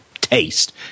taste